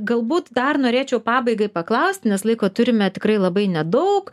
galbūt dar norėčiau pabaigai paklaust nes laiko turime tikrai labai nedaug